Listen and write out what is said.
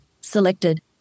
Selected